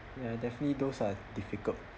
ya definitely those are difficult